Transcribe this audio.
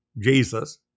Jesus